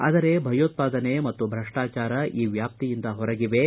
ಆದರೆ ಭಯೋತ್ಪಾದನೆ ಮತ್ತು ಭ್ರಷ್ಲಾಚಾರ ಈ ವ್ಯಾಪ್ತಿಯಿಂದ ಹೊರಗಿವೆ